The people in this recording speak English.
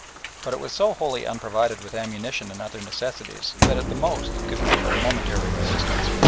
but it was so wholly unprovided with ammunition and other necessaries that at the most it could make but a momentary resistance.